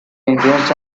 indians